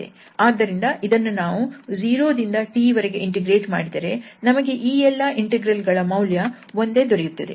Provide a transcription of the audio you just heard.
ಆದ್ದರಿಂದ ಇದನ್ನು ನಾವು 0 ದಿಂದ T ವರೆಗೆ ಇಂಟಿಗ್ರೇಟ್ ಮಾಡಿದರೆ ನಮಗೆ ಈ ಎಲ್ಲಾಇಂಟೆಗ್ರಲ್ ಗಳ ಮೌಲ್ಯ ಒಂದೇ ದೊರೆಯುತ್ತದೆ